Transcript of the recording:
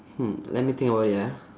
hmm let me think about it ah